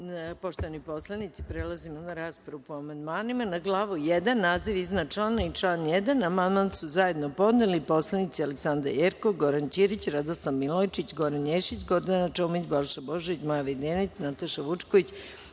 Poštovani poslanici, prelazimo na raspravu op amandmanima. Na glavu 1. naziv iznad člana i član 1. amandman su zajedno podneli poslanici Aleksandra Jerkov, Goran Ćirić, Radoslav Milojičić, Goran Ješić, Gordana Čomić, Balša Božović, Maja Videnović, Nataša Vučković,